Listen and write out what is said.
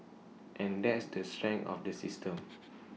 and that's the strength of the system